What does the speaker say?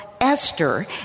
Esther